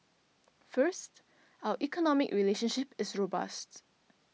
first our economic relationship is robust